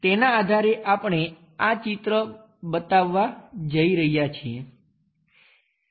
તેના આધારે આપણે આ ચિત્ર બતાવવા જઈ રહ્યા છીએ